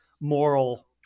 moral